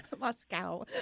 Moscow